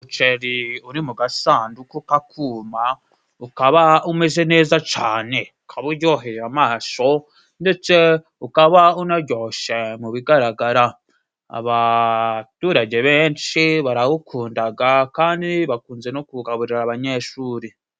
Umuceri uri mu gasanduku ka kuma ukaba umeze neza cane. Ukaba uryoheye amaso ndetse ukaba unaryoshe mu bigaragara. Abaturage benshi barawukundaga kandi bakunze no kuwugaburira abanyeshuri.